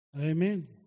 Amen